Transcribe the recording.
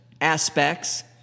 aspects